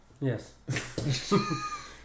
Yes